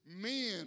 Men